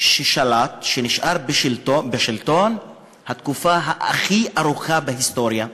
שנשאר בשלטון במשך התקופה הכי ארוכה בהיסטוריה?